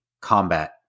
combat